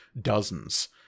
dozens